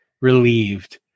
relieved